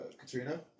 Katrina